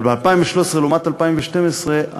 אבל ב-2013 לעומת 2012,